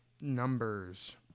Numbers